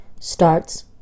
starts